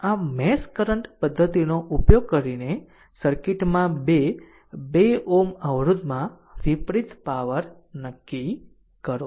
આમ mesh current પદ્ધતિનો ઉપયોગ કરીને સર્કિટમાં 2 2 Ω અવરોધમાં વિતરિત પાવર નક્કી કરો